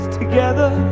together